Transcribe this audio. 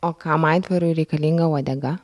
o kam aitvarui reikalinga uodega